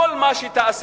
כל מה שתעשה,